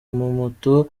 moto